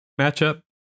matchup